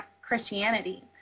Christianity